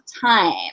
time